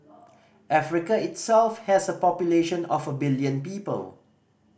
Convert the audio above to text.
Africa itself has a population of a billion people